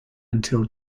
until